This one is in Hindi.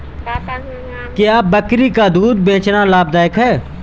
क्या बकरी का दूध बेचना लाभदायक है?